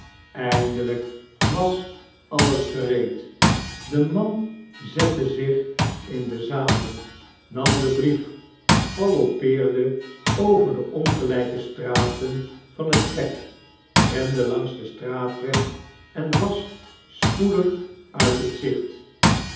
eindelijk was alles gereed de man zette zich in den zadel nam den brief galoppeerde over de ongelijke straten van het vlek rende langs den straatweg en was spoedig uit het gezicht